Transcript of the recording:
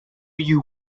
you